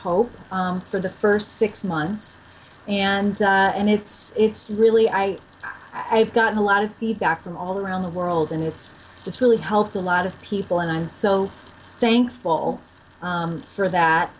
hope for the first six months and and it's it's really i have gotten a lot of feedback from all around the world and it's just really helped a lot of people and i'm so thankful for that